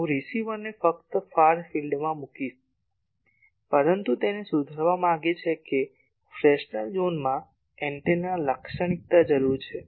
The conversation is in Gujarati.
હું રીસીવરને ફક્ત ફાર ફિલ્ડમાં મૂકીશ પરંતુ તેઓ તેને સુધારવા માંગે છે કે ફ્રેન્સલ ઝોનમાં એન્ટેના લાક્ષણિકતા જરૂરી છે